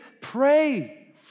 Pray